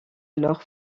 alors